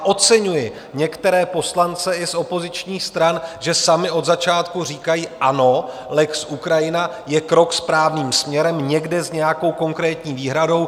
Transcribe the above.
Oceňuji některé poslance i z opozičních stran, že sami od začátku říkají: Ano, lex Ukrajina je krok správným směrem, někde s nějakou konkrétní výhradou.